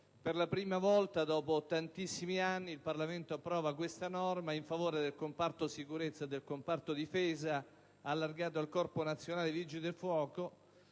Per la prima volta, dopo tantissimi anni, il Parlamento approva questa norma in favore del comparto sicurezza e del comparto difesa allargato al Corpo nazionale dei vigili del fuoco,